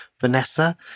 Vanessa